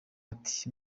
ati